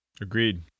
Agreed